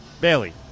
Bailey